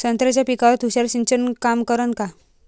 संत्र्याच्या पिकावर तुषार सिंचन काम करन का?